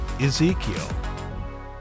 Ezekiel